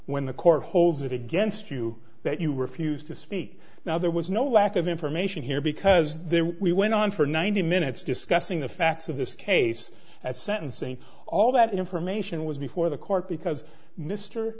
when the court holds it against you that you refuse to speak now there was no lack of information here because we went on for ninety minutes discussing the facts of this case at sentencing all that information was before the court because m